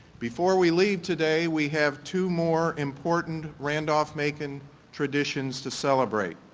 before we leave today we have two more important randolph-macon traditions to celebrate.